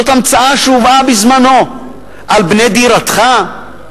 זאת המצאה שהובאה בזמנו על "בנה דירתך".